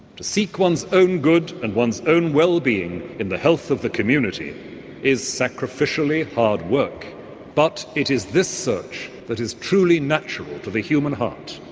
to seek one's own good and one's own wellbeing in the health of the community is sacrificially hard work but it is this search that is truly natural to the human heart.